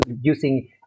using